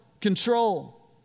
Control